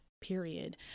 period